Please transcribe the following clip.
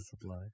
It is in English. supply